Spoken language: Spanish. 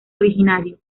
originario